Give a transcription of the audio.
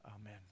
Amen